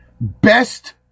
best